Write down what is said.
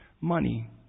money